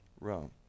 Rome